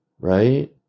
Right